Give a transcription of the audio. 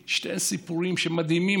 שני סיפורים מדהימים.